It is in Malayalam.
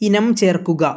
ഇനം ചേർക്കുക